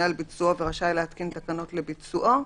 על ביצוע ורשאי להתקין תקנות לביצועו,